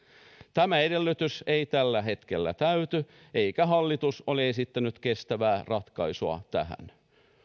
tämä edellytys ei tällä hetkellä täyty eikä hallitus ole esittänyt kestävää ratkaisua tähän